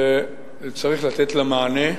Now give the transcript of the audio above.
שצריך לתת לה מענה,